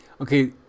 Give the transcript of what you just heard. okay